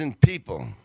people